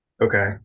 Okay